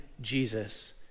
Jesus